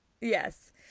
yes